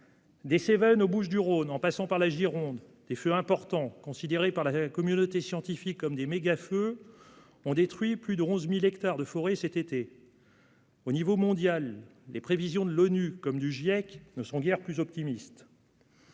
Des Cévennes aux Bouches-du-Rhône en passant par la Gironde, des feux importants, considérés par la communauté scientifique comme des « mégafeux », ont détruit plus de 11 000 hectares de forêt cet été. À l'échelon mondial, les prévisions de l'ONU, comme celles du Groupe d'experts